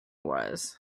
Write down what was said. was